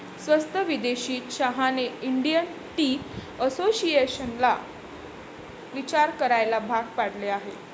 स्वस्त विदेशी चहाने इंडियन टी असोसिएशनला विचार करायला भाग पाडले आहे